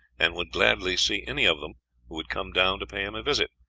and would gladly see any of them who would come down to pay him a visit,